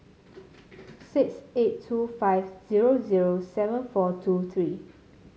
six eight two five zero zero seven four two three